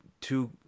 two